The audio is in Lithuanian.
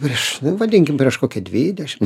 prieš na vadinkim prieš kokį dvidešimts